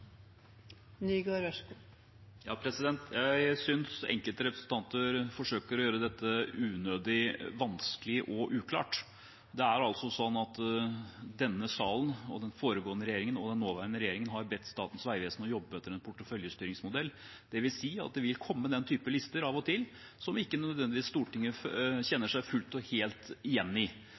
synes enkelte representanter forsøker å gjøre dette unødig vanskelig og uklart. Det er sånn at denne salen, den foregående regjeringen og den nåværende regjeringen har bedt Statens vegvesen om å jobbe etter en porteføljestyringsmodell. Det vil si at det av og til vil komme den typen lister som Stortinget ikke nødvendigvis kjenner seg fullt og helt igjen i.